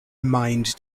mind